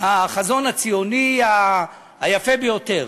החזון הציוני היפה ביותר.